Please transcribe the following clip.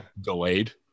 delayed